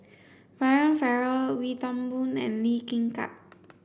Brian Farrell Wee Toon Boon and Lee Kin Tat